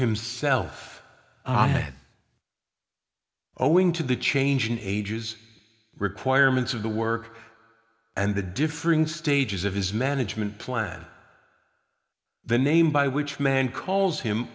himself i had owing to the change in ages requirements of the work and the differing stages of his management plan the name by which man calls him